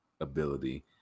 Ability